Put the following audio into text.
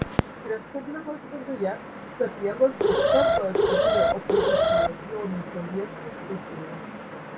respublikos viduje sapiegos iš karto atsidūrė opozicijos jonui sobieskiui pusėje